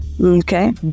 Okay